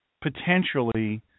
potentially